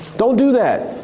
don't do that.